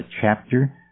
chapter